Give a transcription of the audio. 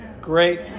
Great